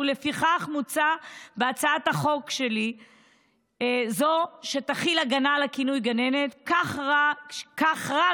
ולפיכך מוצע בהצעת החוק שלי להחיל הגנה על הכינוי "גננת" כך רק שעובדי